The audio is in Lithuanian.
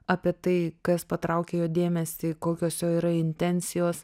apie tai kas patraukė jo dėmesį kokios jo yra intencijos